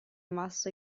masso